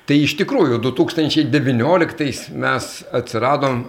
tai iš tikrųjų du tūkstančiai devynioliktais mes atsiradom